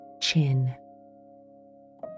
chin